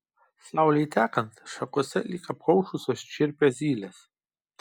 saulei tekant šakose lyg apkaušusios čirpia zylės